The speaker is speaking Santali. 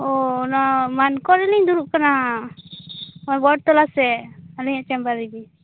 ᱚ ᱚᱱᱟ ᱢᱟᱱᱠᱚᱨ ᱨᱮᱞᱤᱧ ᱫᱩᱲᱩᱵ ᱠᱟᱱᱟ ᱦᱚᱭ ᱵᱚᱴ ᱛᱚᱞᱟᱥᱮᱫ ᱟᱹᱞᱤᱧᱟᱜ ᱪᱮᱢᱵᱟᱨ ᱨᱮᱜᱤ